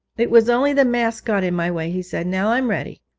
it was only the mask got in my way he said. now i'm ready.